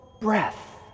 breath